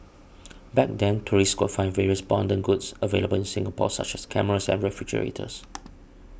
back then tourists could find various bonder goods available in Singapore such as cameras and refrigerators